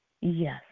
Yes